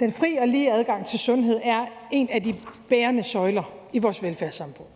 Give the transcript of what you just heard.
Den fri og lige adgang til sundhed er en af de bærende søjler i vores velfærdssamfund.